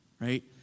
right